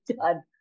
done